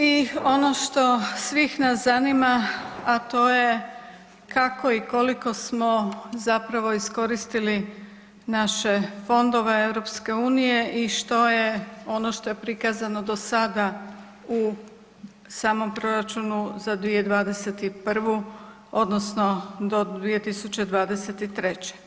I ono što svih nas zanima, a to je kako i koliko smo zapravo iskoristili naše fondove EU i što je ono što je prikazano do sada u samom proračunu za 2021. odnosno do 2023.